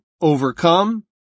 overcome